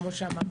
כמו שאמרת,